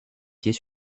pied